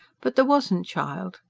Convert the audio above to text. but there wasn't, child.